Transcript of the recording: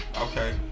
Okay